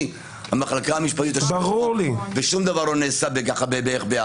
המחלקה המשפטית מעורבת ושום דבר לא נעשה בהיחבא.